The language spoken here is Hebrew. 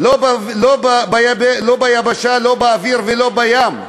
לא ביבשה, לא באוויר ולא בים.